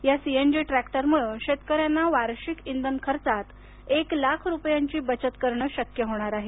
या सीएनजी ट्रॅक्टरमुळं शेतकऱ्यांना वार्षिक इंधन खर्चात एक लाख रुपयांची बचत करणं शक्य होणार आहे